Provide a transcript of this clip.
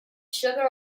sugar